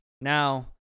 Now